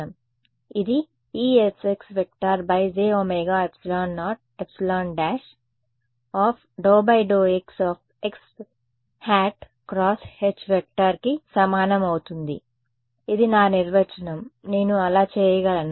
ఇది Esx jωε0 ε′ ∂∂x xˆ × H కి సమానం అవుతుంది ఇది నా నిర్వచనం నేను అలా చేయగలనా